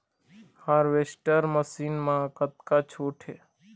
Harvester machine मा कतका छूट हे?